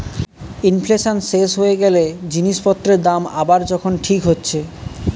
inflation শেষ হয়ে গ্যালে জিনিস পত্রের দাম আবার যখন ঠিক হচ্ছে